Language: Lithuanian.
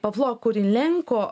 pavlo kurilenko